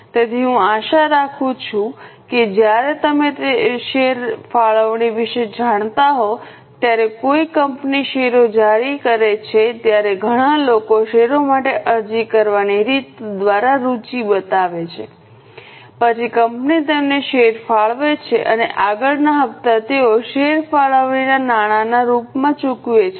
તેથી હું આશા રાખું છું કે જ્યારે તમે શેર ફાળવણી વિશે જાણતા હોવ ત્યારે જ્યારે કોઈ કંપની શેરો જારી કરે છે ત્યારે ઘણા લોકો શેરો માટે અરજી કરવાની રીત દ્વારા રુચિ બતાવે છે પછી કંપની તેમને શેર ફાળવે છે અને આગળના હપ્તા તેઓ શેર ફાળવણીના નાણાંના રૂપમાં ચૂકવે છે